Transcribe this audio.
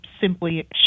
simply